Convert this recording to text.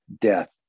death